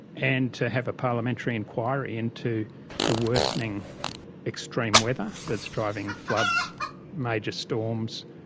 and to have a parliamentary inquiry into the worsening extreme weather that's driving floods major storms,